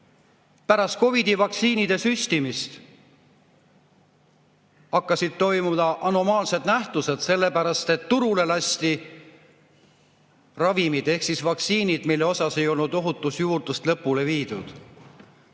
Pärast COVID-i vaktsiinide süstimist hakkasid toimuma anomaalsed nähtused, sellepärast et turule lasti ravimid ehk vaktsiinid, mille kohta ei olnud ohutusjuurdlust lõpule viidud.